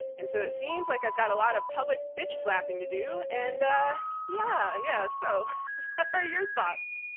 and so it seems like i've got a lot of public bitch slapping to do. and ah yeah yeah so what are your thoughts?